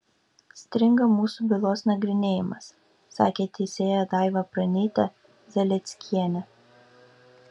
stringa mūsų bylos nagrinėjimas sakė teisėja daiva pranytė zalieckienė